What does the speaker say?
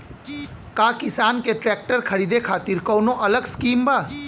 का किसान के ट्रैक्टर खरीदे खातिर कौनो अलग स्किम बा?